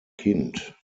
kind